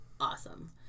awesome